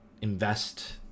invest